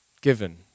given